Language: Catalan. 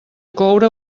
coure